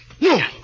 No